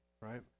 right